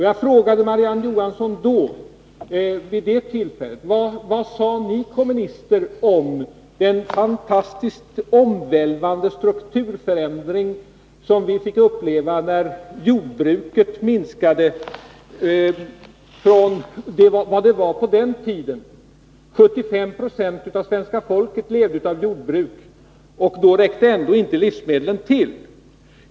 Jag frågade Marie-Ann Johansson vid det tillfället: Vad sade ni kommunister om den fantastiskt omvälvande strukturförändring som vi fick uppleva när jordbruket minskade från sin tidigare omfattning? 75 96 av svenska folket levde av jordbruk, och då räckte ändå inte livsmedlen till!